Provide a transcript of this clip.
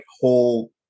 whole –